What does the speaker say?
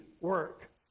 work